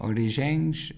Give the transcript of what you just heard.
Origens